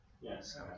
Yes